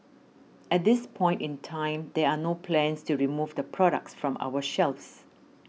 at this point in time there are no plans to remove the products from our shelves